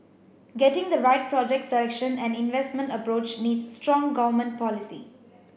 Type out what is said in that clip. getting the right project selection and investment approach needs strong government policy